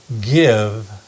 give